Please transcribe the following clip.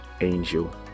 angel